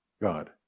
God